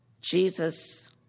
Jesus